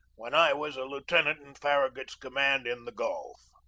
when i was a lieutenant in farragut's command in the gulf.